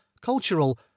cultural